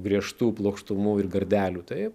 griežtų plokštumų ir gardelių taip